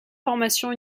formation